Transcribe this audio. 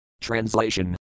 Translation